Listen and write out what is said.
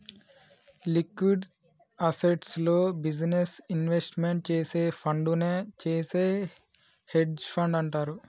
liquid అసెట్స్లో business investment చేసే ఫండునే చేసే హెడ్జ్ ఫండ్ అంటారు